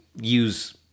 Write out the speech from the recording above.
use